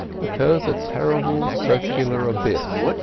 occurs a terrible circular abyss,